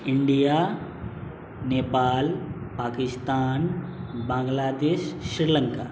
India Nepal Pakistan Bangladesh Sri Lanka